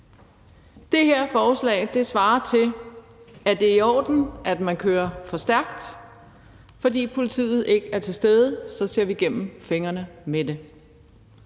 Det her forslag svarer til, at det er i orden, at man kører for stærkt; fordi politiet ikke er til stede, ser vi igennem fingrene med det.